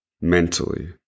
mentally